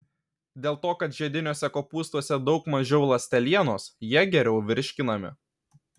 dėl to kad žiediniuose kopūstuose daug mažiau ląstelienos jie geriau virškinami